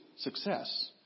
success